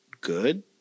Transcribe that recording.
good